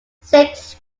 six